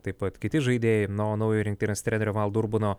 taip pat kiti žaidėjai na o naujo rinktinės trenerio valdo urbono